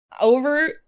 over